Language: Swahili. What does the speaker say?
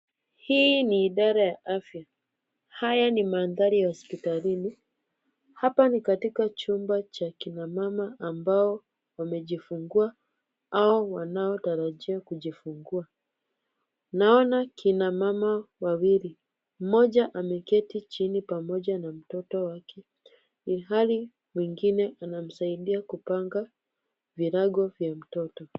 Hii ni idara ya afya. Haya ni mandhari ya hospitalini. Hapa ni katika chumba cha kina mama ambao wamejifungua au wanaotarajia kujifungua. Naona kina mama wawili. Mmoja ameketi chini pamoja na mtoto wake. Ilhali mwingine anamsaidia kupanga virago kwa mtoto.